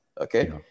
okay